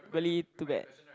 really too bad